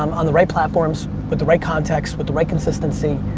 um on the right platforms, with the right contexts, with the right consistency.